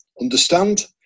understand